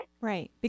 Right